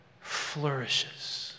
flourishes